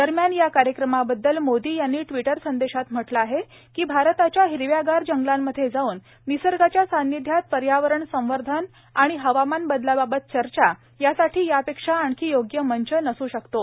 दरम्यान या कार्यक्रमाबददल मोदी यांनी ट्विटर संदेशात म्हटलं आहे कि भारताच्या हिरव्या गार जंगलांमध्ये जाऊन निर्सगाच्या सानिध्यात पर्यावरण संवर्धन आणि हवामान बदलाबाबत चर्चा यासाठी या पेक्षा आणखी योग्य मंच नस् शकतो